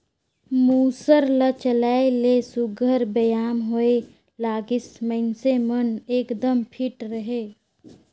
मूसर ल चलाए ले सुग्घर बेयाम होए लागिस, मइनसे मन एकदम फिट रहें